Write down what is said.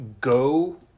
go